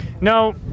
No